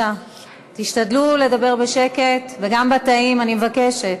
תשתדלו לדבר בשקט, גם בתאים, אני מבקשת.